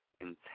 intense